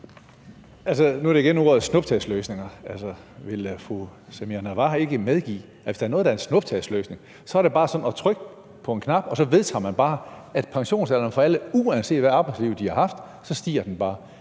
Nu bliver ordet snuptagsløsninger brugt igen. Vil fru Samira Nawa ikke medgive, at hvis der er noget, der er en snuptagsløsning, så er det, når man med et tryk på en knap bare vedtager, at pensionsalderen for alle, uanset hvad for et arbejdsliv de har haft, bare stiger? Det er